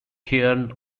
cairn